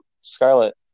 Scarlet